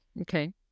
okay